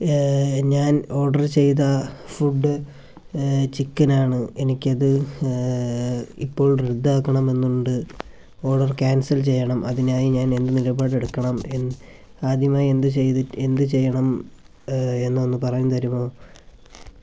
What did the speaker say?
ഞാൻ ഓഡർ ചെയ്ത ഫുഡ് ചിക്കനാണ് എനിക്കത് ഇപ്പോൾ റദ്ദാക്കണമെന്നുണ്ട് ഓഡർ ക്യാൻസൽ ചെയ്യണം അതിനായി ഞാൻ എന്ത് നിലപാടെടുക്കണം എൻ ആദ്യമായി എന്തു ചെയ്തിട്ട് എന്തു ചെയ്യണം എന്നൊന്നു പറഞ്ഞു തരുമോ